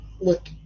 look